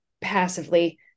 passively